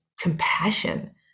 compassion